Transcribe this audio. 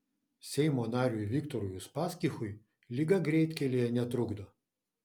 seimo nariui viktorui uspaskichui liga greitkelyje netrukdo